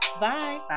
Bye